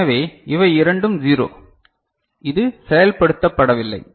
எனவே இவை இரண்டும் 0 இது செயல்படுத்தப்படவில்லை